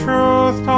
Truth